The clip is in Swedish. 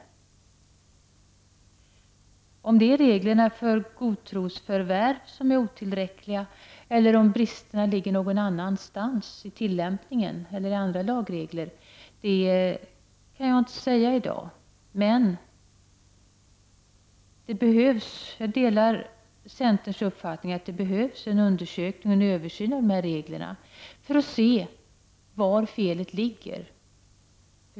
Jag kan inte säga om det är reglerna för godtrosförvärv som är otillräckliga eller om bristerna ligger någon annanstans, vid tillämpningen eller i andra lagregler. Men jag delar centerns uppfattning att det behövs en översyn av dessa regler för att se var felet ligger.